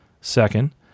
Second